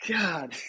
God